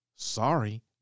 Sorry